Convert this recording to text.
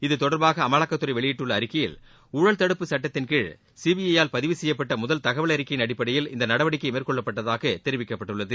இதுதொடர்பாக அமலாக்கத்துறை வெளியிட்டுள்ள அறிக்கையில் ஊழல் தடுப்பு சுட்டத்தின்கீழ் சிபிஐ யால் பதிவு செய்யப்பட்ட முதல் தகவல் அறிக்கையின் அடிப்படையில் இந்த நடவடிக்கை மேற்கொள்ளப்பட்டதாக தெரிவிக்கப்பட்டுள்ளது